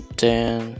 ten